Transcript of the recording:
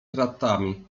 kratami